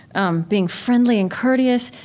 um being friendly and courteous.